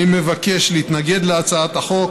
אני מבקש להתנגד להצעת החוק,